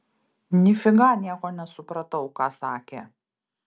nifiga nieko nesupratau ką sakė